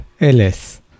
ls